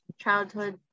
childhood